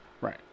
Right